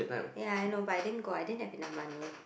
ya I know but I didn't go I didn't have enough money